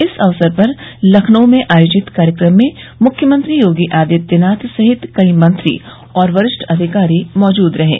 इस अवसर पर लखनऊ में आयोजित कार्यक्रम में मुख्यमंत्री योगी आदित्यनाथ सहित कई मंत्री और वरिष्ठ अधिकारी मौजूद रहें